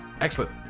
excellent